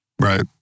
Right